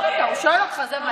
הוא שואל אותך,